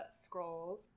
scrolls